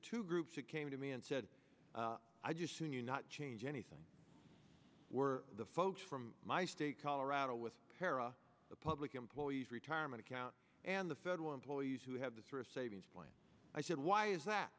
two groups who came to me and said i just do not change anything we're the folks from my state colorado with para the public employees retirement account and the federal employees who have the thrift savings plan i said why is that